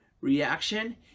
reaction